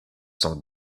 son